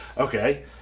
Okay